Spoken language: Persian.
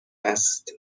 است